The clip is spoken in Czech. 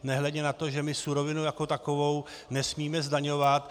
Nehledě na to, že my surovinu jako takovou nesmíme zdaňovat.